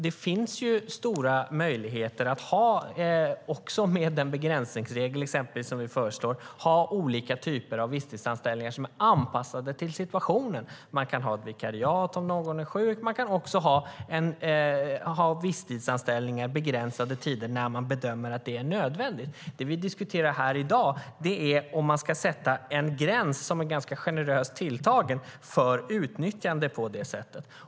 Det finns stora möjligheter att, också med den begränsningsregel som vi föreslår, ha olika typer av visstidsanställningar som är anpassade till situationen. Man kan ha en vikarie om någon är sjuk. Man kan ha visstidsanställda under en begränsad tid när man bedömer att det är nödvändigt. Det vi i dag diskuterar är om man ska sätta en ganska generöst tilltagen gräns för utnyttjande på det sättet.